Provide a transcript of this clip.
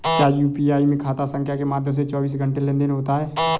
क्या यू.पी.आई में खाता संख्या के माध्यम से चौबीस घंटे लेनदन होता है?